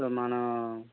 ఇప్పుడు మనం